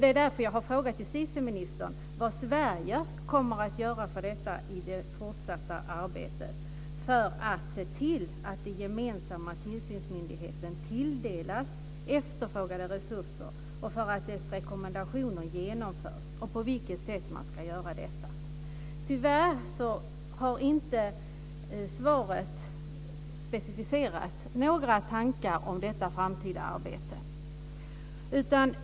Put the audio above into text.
Det är därför jag har frågat justitieministern vad Sverige kommer att göra i det fortsatta arbetet för att se till att den gemensamma tillsynsmyndigheten tilldelas efterfrågade resurser och för att dess rekommendationer genomförs samt på vilket sätt man ska göra detta. Tyvärr specificeras det inte några tankar om detta framtida arbete i svaret.